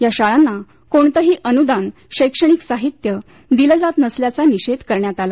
या शाळांना कोणतंही अनुदान शैक्षणिक साहित्य दिलं जात नसल्याचा निषेध करण्यात आला